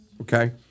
okay